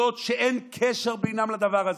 נקודות שאין קשר בינן לדבר הזה.